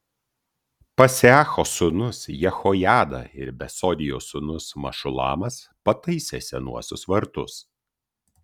paseacho sūnus jehojada ir besodijos sūnus mešulamas pataisė senuosius vartus